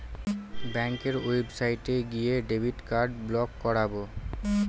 ব্যাঙ্কের ওয়েবসাইটে গিয়ে ডেবিট কার্ড ব্লক করাবো